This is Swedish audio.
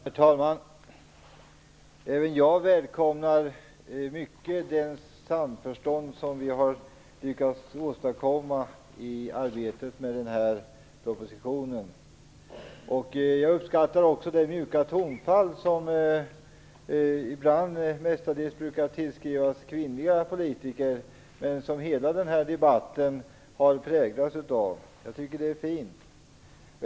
Herr talman! Även jag välkomnar mycket det samförstånd som vi har lyckats åstadkomma i arbetet med den här propositionen. Jag uppskattar också det mjuka tonfall som mestadels brukar tillskrivas kvinnliga politiker men som hela den här debatten har präglats av. Jag tycker att det är fint.